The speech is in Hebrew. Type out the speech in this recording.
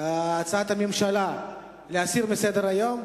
להסיר מסדר-היום.